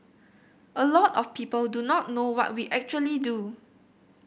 a lot of people do not know what we actually do